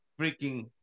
freaking